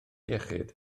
iechyd